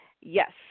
Yes